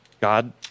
God